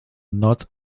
not